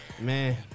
Man